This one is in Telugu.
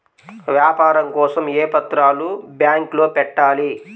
వ్యాపారం కోసం ఏ పత్రాలు బ్యాంక్లో పెట్టాలి?